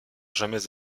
jamais